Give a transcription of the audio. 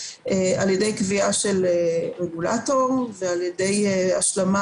על ידי קביעה של רגולטור ועל ידי השלמה